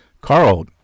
Carl